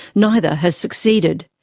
neither has succeeded.